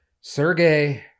Sergey